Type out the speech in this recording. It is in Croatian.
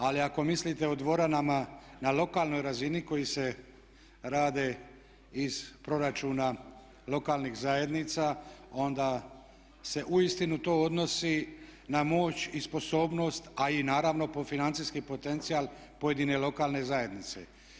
Ali ako mislite o dvoranama na lokalnoj razini koje se rade iz proračuna lokalnih zajednica onda se uistinu to odnosi na moć i sposobnost a i naravno financijski potencijal pojedine lokalne zajednice.